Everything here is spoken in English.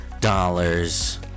dollars